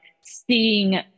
seeing